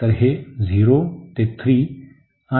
तर हे 0 ते 3 आणि आहे